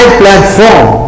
platform